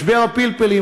משבר הפלפלים,